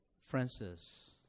Francis